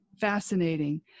fascinating